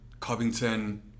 Covington